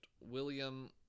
William